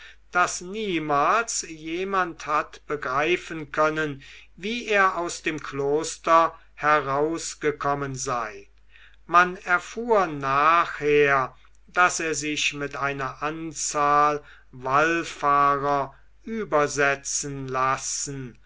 daß niemals jemand hat begreifen können wie er aus dem kloster herausgekommen sei man erfuhr nachher daß er sich mit einer anzahl wallfahrer übersetzen lassen